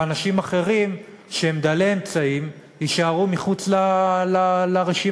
ואנשים אחרים שהם דלי אמצעים יישארו מחוץ לרשימה?